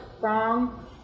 wrong